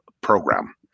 Program